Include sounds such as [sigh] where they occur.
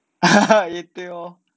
[laughs] 也对咯